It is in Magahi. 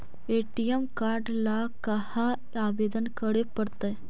ए.टी.एम काड ल कहा आवेदन करे पड़तै?